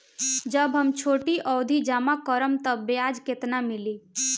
जब हम छोटी अवधि जमा करम त ब्याज केतना मिली?